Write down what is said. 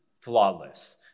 flawless